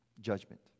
judgment